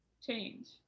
change